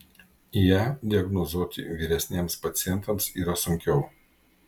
ie diagnozuoti vyresniems pacientams yra sunkiau